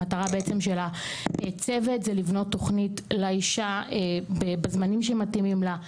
המטרה בעצם של הצוות זה לבנות תוכנית לאישה בזמנים שמתאימים לה,